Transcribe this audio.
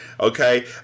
okay